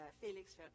Felix